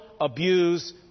abuse